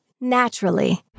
naturally